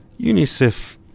UNICEF